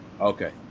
Okay